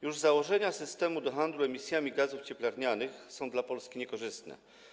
Już założenia systemu do handlu emisjami gazów cieplarniach są dla Polski niekorzystne.